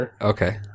Okay